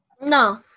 No